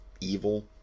evil